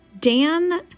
Dan